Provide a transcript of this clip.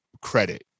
credit